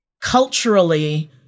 culturally